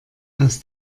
aus